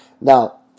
Now